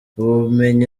ubumenyi